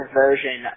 version